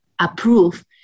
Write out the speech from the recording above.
approve